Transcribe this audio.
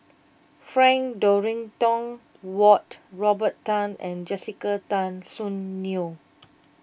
Frank Dorrington Ward Robert Tan and Jessica Tan Soon Neo